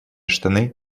штаны